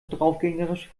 draufgängerisch